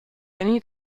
jenny